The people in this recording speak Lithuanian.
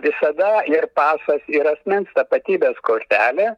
visada ir pasas ir asmens tapatybės kortelė